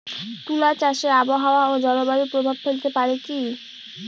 তুলা চাষে আবহাওয়া ও জলবায়ু প্রভাব ফেলতে পারে কি?